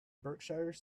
berkshire